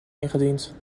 ingediend